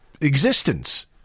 existence